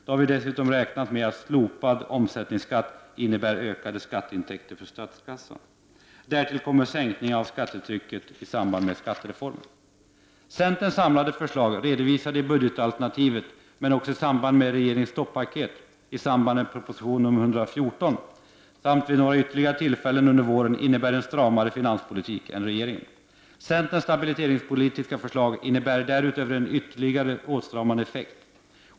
Då har vi dessutom räknat med att slopad omsättningsskatt innebär ökade skatteintäkter för statskassan. Därtill kommer sänkningarna av skattetrycket i samband med genomförandet av skattereformen. Centerns samlade förslag — redovisade i budgetalternativet, men också i samband med regeringens stopp-paket, i samband med proposition 114 samt vid några ytterligare tillfällen under våren — innebär en stramare finanspolitik än regeringens. Centerns stabiliseringspolitiska förslag ger därutöver en ytterligare åtstramande effekt.